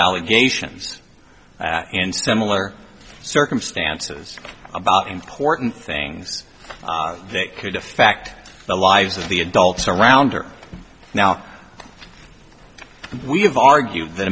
allegations in similar circumstances about important things that could affect the lives of the adults around her now we have argued that